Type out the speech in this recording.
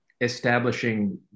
establishing